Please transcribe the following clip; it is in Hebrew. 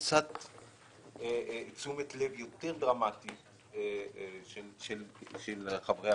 את הנושא של הנגזרות שחשוב להתאים אותו לרפורמה.